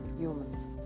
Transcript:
humans